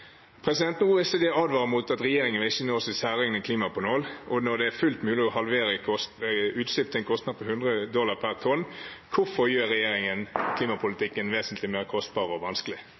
Når OECD advarer mot at regjeringen ikke vil nå sine særegne klimamål, og når det er fullt mulig å halvere utslipp til en kostnad på 100 dollar per tonn, hvorfor gjør regjeringen da klimapolitikken vesentlig mer kostbar og vanskelig?